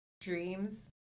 Dreams